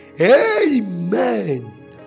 Amen